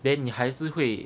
then 你还是会